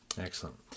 excellent